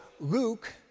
luke